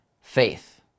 faith